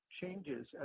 changes